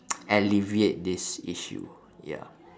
alleviate this issue ya